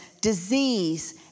disease